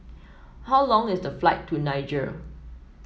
how long is the flight to Niger